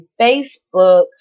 Facebook